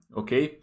okay